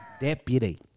Deputy